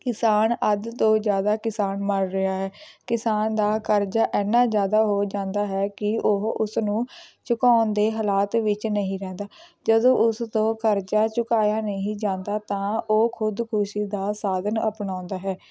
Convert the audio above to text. ਕਿਸਾਨ ਅੱਜ ਤੋਂ ਜ਼ਿਆਦਾ ਕਿਸਾਨ ਮਰ ਰਿਹਾ ਹੈ ਕਿਸਾਨ ਦਾ ਕਰਜ਼ਾ ਇੰਨਾਂ ਜ਼ਿਆਦਾ ਹੋ ਜਾਂਦਾ ਹੈ ਕਿ ਉਹ ਉਸਨੂੰ ਚੁਕਾਉਣ ਦੇ ਹਾਲਾਤ ਵਿੱਚ ਨਹੀਂ ਰਹਿੰਦਾ ਜਦੋਂ ਉਸ ਤੋਂ ਕਰਜ਼ਾ ਚੁਕਾਇਆ ਨਹੀਂ ਜਾਂਦਾ ਤਾਂ ਉਹ ਖੁਦਕੁਸ਼ੀ ਦਾ ਸਾਧਨ ਅਪਣਾਉਂਦਾ ਹੈ